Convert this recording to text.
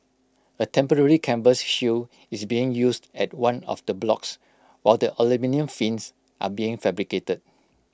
A temporary canvas shield is being used at one of the blocks while the aluminium fins are being fabricated